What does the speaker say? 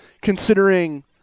considering